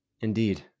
Indeed